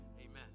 Amen